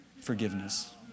forgiveness